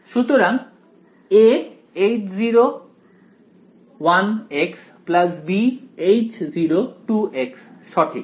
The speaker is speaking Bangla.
সুতরাং aH0 b H0 সঠিক